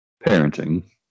parenting